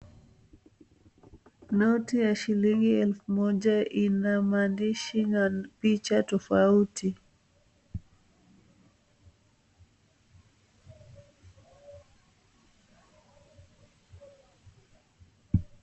Noti ya shilingi elfu moja ina maandishi na picha tofauti.